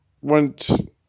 went